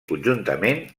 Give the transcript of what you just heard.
conjuntament